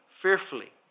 fearfully